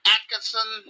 Atkinson